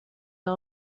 los